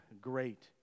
Great